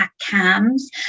CAMS